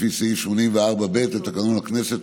לפי סעיף 84(ב) לתקנון הכנסת,